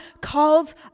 calls